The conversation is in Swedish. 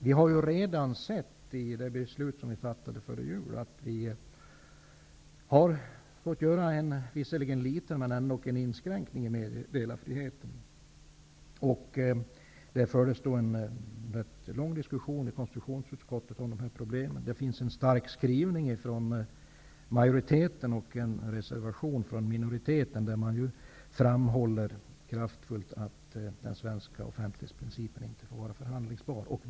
Vi har redan sett, i det beslut som vi fattade före jul, att vi har fått göra en, visserligen liten men ändock inskränkning i meddelarfriheten. Det fördes då en rätt lång diskussion i konstitutionsutskottet om de här problemen. Det finns en stark skrivning från majoriteten och en reservation från minoriteten, där man kraftfullt framhåller att den svenska offentlighetsprincipen inte får vara förhandlingsbar.